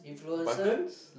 buttons